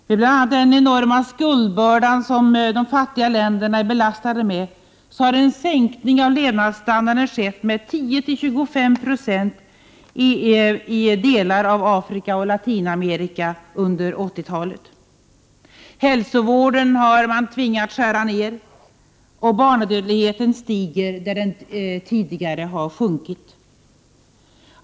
Det är bl.a. de fattiga ländernas enorma skuldbörda som har medfört en sänkning av levnadsstandarden med 10—25 96 i delar av Afrika och Latinamerika under 80-talet. När det gäller hälsovården har man tvingats skära ned. Barnadödligheten ökar i områden där den tidigare har minskat.